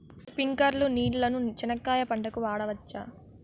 స్ప్రింక్లర్లు నీళ్ళని చెనక్కాయ పంట కు వాడవచ్చా?